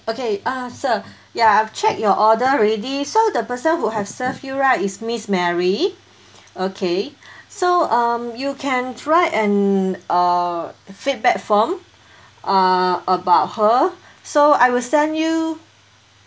okay uh sir ya I've checked your order already so the person who have served you right is miss mary okay so um you can write an uh feedback form uh about her so I will send you